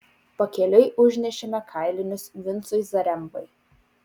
pakeliui užnešėme kailinius vincui zarembai